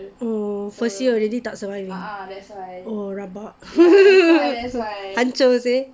oh first year already tak surviving oh rabak hancur seh